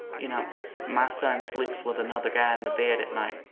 you know my son sleeps with another guy in the bed at night.